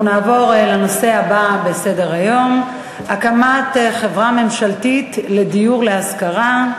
אנחנו נעבור לנושא הבא בסדר-היום: הקמת חברה ממשלתית לדיור להשכרה,